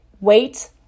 Wait